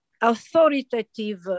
authoritative